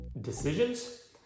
decisions